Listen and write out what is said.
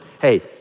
Hey